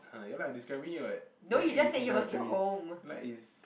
ah ya lah describing it [what] then after that you interrupted me like is